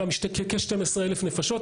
כ-12,000 נפשות.